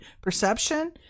perception